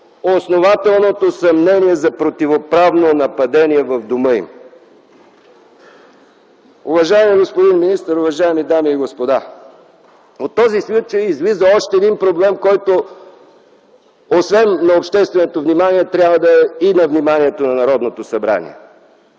основателното съмнение за противоправно нападение в дома им. Уважаеми господин министър, уважаеми дами и господа! От този случай излиза още един проблем, който освен на общественото внимание, трябва да е и на вниманието на Народното събрание